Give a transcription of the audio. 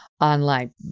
online